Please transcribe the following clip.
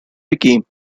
became